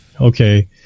okay